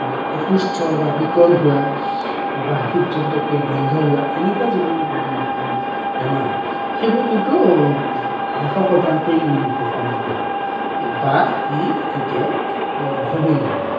মানে অসুস্থ বা বিকল হোৱা বা হৃদযন্ত্ৰৰ ক্ৰিয়া বন্ধ হোৱা এনেকুৱা যিবোৰ বেমাৰ সেইবোৰ কিন্তু এশ শতাংশই উপশম হ'ব বা ই কেতিয়াও হ'ব নোৱাৰিব